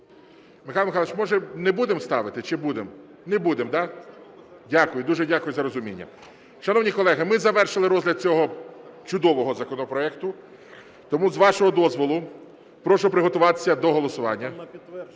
Михайло Михайлович, може, не будемо ставити? Чи будемо? Не будемо, да? Дякую. Дуже дякую за розуміння. Шановні колеги, ми завершили розгляд цього чудового законопроекту, тому, з вашого дозволу, прошу приготуватися до голосування.